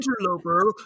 interloper